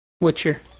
Witcher